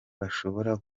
bashobora